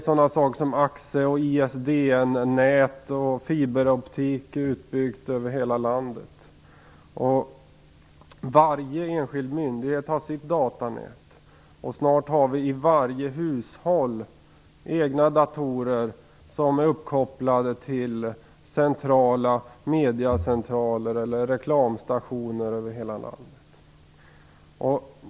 Snart har vi AXE, Varje enskild myndighet har sitt datanät. Snart har vi egna datorer i varje hushåll som är uppkopplade till mediecentraler eller reklamstationer över hela landet.